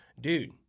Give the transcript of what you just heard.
dude